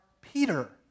Peter